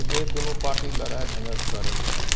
जे दुनू पार्टी लड़ाइ झँझट करैया